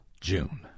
June